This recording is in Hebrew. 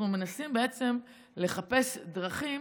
אנחנו מנסים בעצם לחפש דרכים